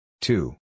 two